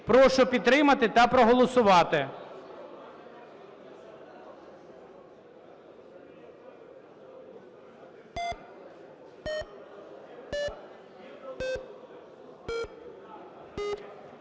Прошу підтримати та проголосувати.